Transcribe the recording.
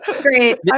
great